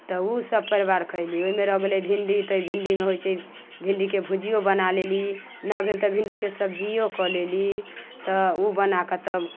तऽ ओ सभ परिवार खयलीह ओहिमे रहि गेलै भिंडी तऽ भिंडीमे होइ छै कि भिंडीके भुजियो बना लेली न भेल तऽ भिंडीके सब्जियो कऽ लेली तऽ ओ बना कऽ तब